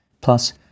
plus